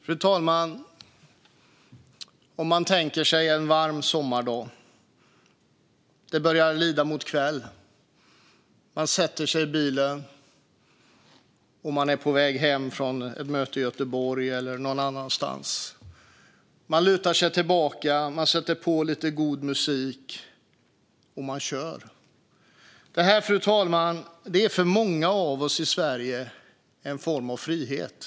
Fru talman! Man kan tänka sig en varm sommardag. Det börjar lida mot kväll. Man sätter sig i bilen och är på väg hem från ett möte i Göteborg eller någon annanstans. Man lutar sig tillbaka, sätter på lite god musik och kör. Detta, fru talman, är för många av oss i Sverige en form av frihet.